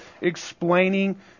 explaining